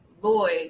Lloyd